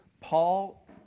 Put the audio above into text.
Paul